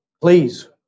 Please